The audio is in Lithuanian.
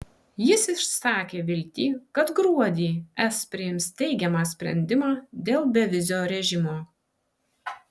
jis išsakė viltį kad gruodį es priims teigiamą sprendimą dėl bevizio režimo